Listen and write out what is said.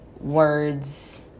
words